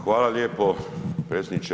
Hvala lijepo predsjedniče.